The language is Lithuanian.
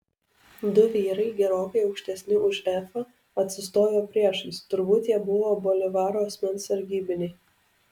du vyrai gerokai aukštesni už efą atsistojo priešais turbūt jie buvo bolivaro asmens sargybiniai